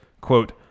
Quote